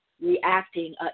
reacting